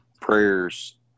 prayers